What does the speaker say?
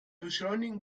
beschleunigen